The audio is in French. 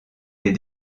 les